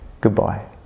Goodbye